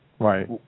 Right